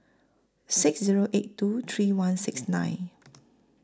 six Zero eight two three one six nine